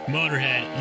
Motorhead